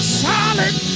solid